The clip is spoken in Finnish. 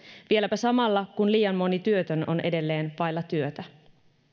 vieläpä samalla kun liian moni työtön on edelleen vailla työtä